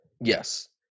Yes